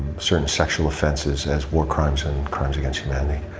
certain sexual offences as war crimes and crimes against humanity.